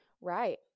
right